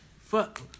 Fuck